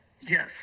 yes